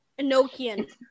Enochian